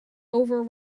over